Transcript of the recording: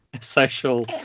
social